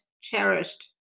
cherished